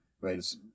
right